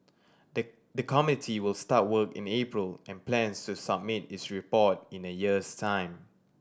the the committee will start work in the April and plans to submit its report in a year's time